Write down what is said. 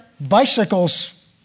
bicycles